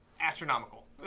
astronomical